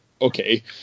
okay